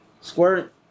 squirt